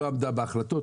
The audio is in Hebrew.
היא לא עמדה בהחלטות,